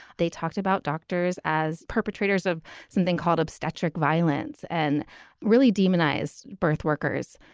they talked about doctors as perpetrators of something called obstetric violence and really demonize birth workers.